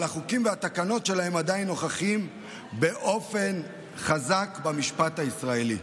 אבל החוקים והתקנות שלהם עדיין נוכחים באופן חזק במשפט הישראלי.